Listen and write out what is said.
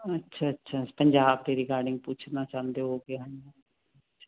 ਅੱਛਾ ਅੱਛਾ ਪੰਜਾਬ 'ਤੇ ਰਿਗਾਰਡਿੰਗ ਪੁੱਛਣਾ ਚਾਹੁੰਦੇ ਹੋ ਕਿ